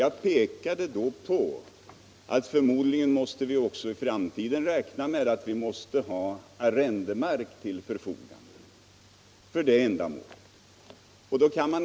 Jag påpekade att vi förmodligen också i framtiden måste räkna med att ha arrendemark till förfogande för det ändamålet.